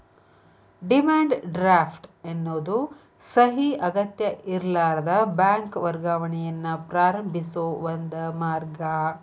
demand draft ಎನ್ನೋದು ಸಹಿ ಅಗತ್ಯಇರ್ಲಾರದ ಬ್ಯಾಂಕ್ ವರ್ಗಾವಣೆಯನ್ನ ಪ್ರಾರಂಭಿಸೋ ಒಂದ ಮಾರ್ಗ